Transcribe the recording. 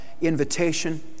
invitation